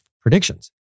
predictions